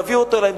תביא אותו אלי.